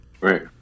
right